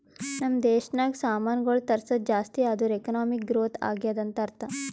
ನಮ್ ದೇಶನಾಗ್ ಸಾಮಾನ್ಗೊಳ್ ತರ್ಸದ್ ಜಾಸ್ತಿ ಆದೂರ್ ಎಕಾನಮಿಕ್ ಗ್ರೋಥ್ ಆಗ್ಯಾದ್ ಅಂತ್ ಅರ್ಥಾ